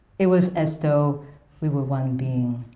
it was as though we were one being,